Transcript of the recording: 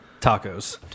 tacos